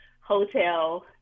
hotel